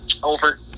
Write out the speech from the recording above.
Over